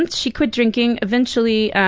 and she quit drinking. eventually,